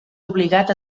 obligat